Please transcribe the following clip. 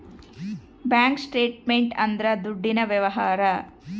bank statement ಅಂದ್ರ ದುಡ್ಡಿನ ವ್ಯವಹಾರ